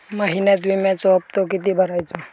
महिन्यात विम्याचो हप्तो किती भरायचो?